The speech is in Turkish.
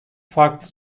farklı